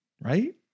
Right